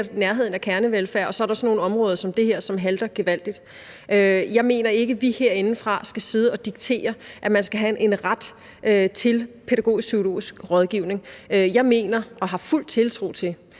nærheden af kernevelfærd, og så er der sådan nogle områder som det her, som halter gevaldigt. Jeg mener ikke, at vi herindefra skal sidde og diktere, at man skal have en ret til Pædagogisk Psykologisk Rådgivning. Jeg mener og har fuld tiltro til,